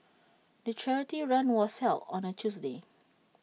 the charity run was held on A Tuesday